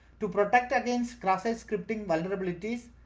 to protect against cross-site scripting vulnerabilities.